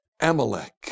Amalek